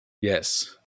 Yes